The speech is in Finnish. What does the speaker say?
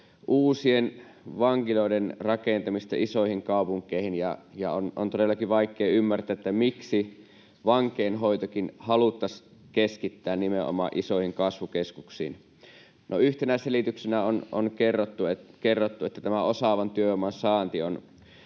uusien vankiloiden rakentamista isoihin kaupunkeihin. Ja on todellakin vaikea ymmärtää, miksi vankeinhoitokin haluttaisiin keskittää nimenomaan isoihin kasvukeskuksiin. No, yhtenä selityksenä on kerrottu, että tämä osaavan työvoiman saanti on